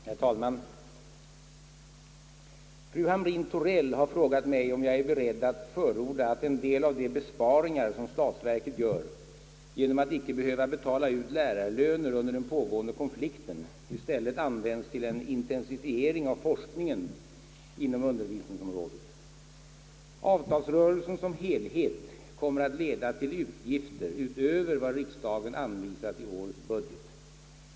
Herr talman! Fru Hamrin-Thorell har frågat mig om jag är beredd förorda att en del av de besparingar som statsverket gör genom att icke behöva betala ut lärarlöner under den pågående konflikten i stället används till en intensifiering av forskningen inom undervisningsområdet. Avtalsrörelsen som helhet kommer att leda till utgifter utöver vad riksdagen anvisat i årets budget.